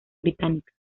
británicas